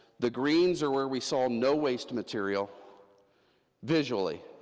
the greens are where we saw no waste material visually,